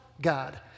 God